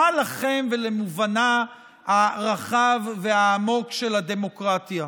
מה לכם ולמובנה הרחב והעמוק של הדמוקרטיה?